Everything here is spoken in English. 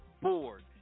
board